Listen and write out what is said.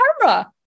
camera